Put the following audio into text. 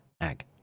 ag